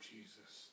Jesus